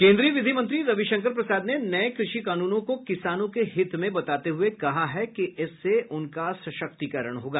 केन्द्रीय विधि मंत्री रविशंकर प्रसाद ने नये कृषि कानूनों को किसानों के हित में बताते हुये कहा है कि इससे उनका सशक्तिकरण होगा